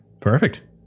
perfect